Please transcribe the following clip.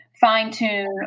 fine-tune